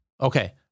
Okay